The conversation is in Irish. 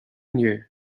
inniu